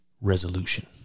Resolution